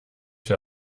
für